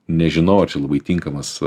nežinau ar čia labai tinkamas